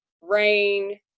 rain